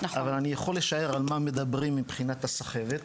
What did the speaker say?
אבל אני יכול לשער על מה מדברים מבחינת הסחבת.